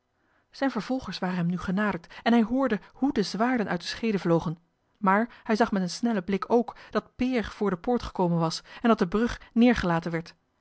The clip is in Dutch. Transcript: zijne vervolgers waren hem nu genaderd en hij hoorde hoe de zwaarden uit de scheeden vlogen maar hij zag met een snellen blik ook dat peer voor de poort gekomen was en dat de brug neêrgelaten werd